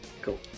Cool